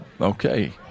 okay